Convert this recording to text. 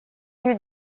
lui